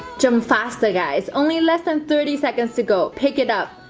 jump faster guys only less than thirty seconds to go pick it up.